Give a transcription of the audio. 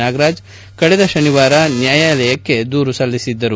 ನಾಗರಾಜ್ ಕಳೆದ ಶನಿವಾರ ನ್ಯಾಯಾಲಯಕ್ಕೆ ದೂರು ಸಲ್ಲಿಸಿದ್ದರು